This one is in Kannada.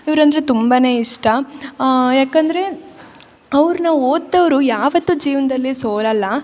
ಇವ್ರಂದರೆ ತುಂಬಾ ಇಷ್ಟ ಯಾಕಂದರೆ ಅವ್ರನ್ನ ಓದಿದವ್ರು ಯಾವತ್ತು ಜೀವನ್ದಲ್ಲಿ ಸೋಲೋಲ್ಲ